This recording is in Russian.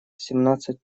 семнадцать